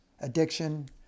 addiction